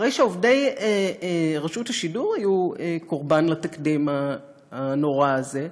אחרי שעובדי רשות השידור היו קורבן לתקדים הנורא הזה,